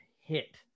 hit